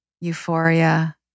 euphoria